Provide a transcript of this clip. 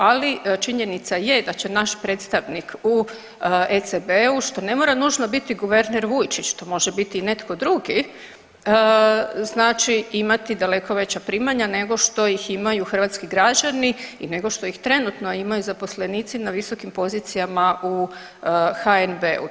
Ali činjenica je da će naš predstavnik u ECB-u što ne mora nužno biti guverner Vujčić, to može biti i netko drugi, znači imati daleko veća primanja nego što ih imaju hrvatski građani i nego što ih trenutno imaju zaposlenici na visokim pozicijama u HNB-u.